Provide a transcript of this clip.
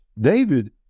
David